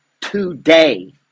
today